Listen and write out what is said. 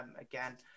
again